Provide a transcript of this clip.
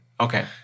Okay